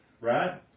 right